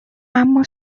اما